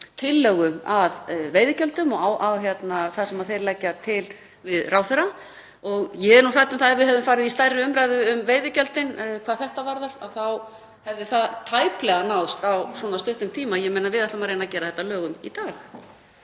tillögu að veiðigjöldum sem þeir leggja til við ráðherra og ég er hrædd um að ef við hefðum farið í stærri umræðu um veiðigjöldin hvað þetta varðar þá hefði það tæplega náðst á svona stuttum tíma. Ég meina, við ætlum að reyna að gera þetta að lögum í dag.